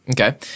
Okay